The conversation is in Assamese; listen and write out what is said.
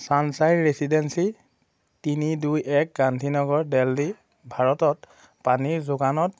ছানশ্বাইন ৰেচিডেন্সি তিনি দুই এক গান্ধী নগৰ দেল্হি ভাৰতত পানী যোগানত